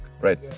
right